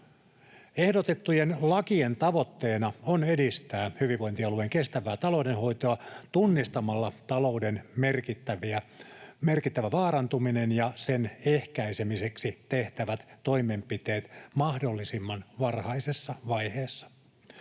Ehdotettujen lakien tavoitteena on edistää hyvinvointialueen kestävää taloudenhoitoa tunnistamalla talouden merkittävä vaarantuminen ja sen ehkäisemiseksi tehtävät toimenpiteet mahdollisimman varhaisessa vaiheessa.